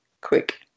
quick